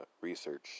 research